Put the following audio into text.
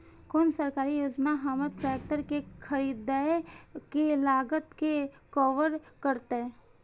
कोन सरकारी योजना हमर ट्रेकटर के खरीदय के लागत के कवर करतय?